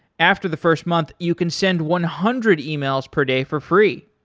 after the first month, you can send one hundred emails per day for free.